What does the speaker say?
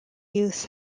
youth